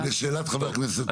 לשאלת חבר הכנסת ווליד טאהא,